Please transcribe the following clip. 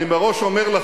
אני אומר לכם